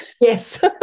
yes